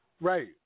Right